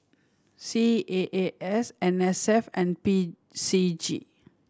C A A S N S F and P C G